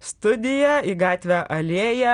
studiją į gatvę alėją